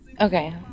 Okay